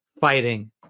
Fighting